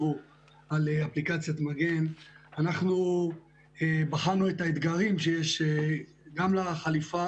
אנחנו בחנו את האתגרים שיש גם לחלופה,